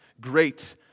great